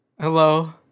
Hello